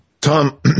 Tom